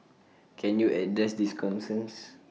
can you address these concerns